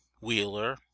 Wheeler